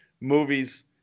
movies